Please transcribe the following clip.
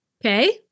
okay